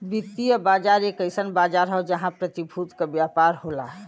वित्तीय बाजार एक अइसन बाजार हौ जहां प्रतिभूति क व्यापार होला